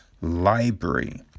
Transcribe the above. Library